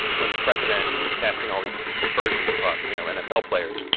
when the president is casting all these ah aspersions upon, you know, nfl players,